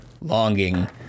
longing